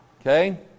okay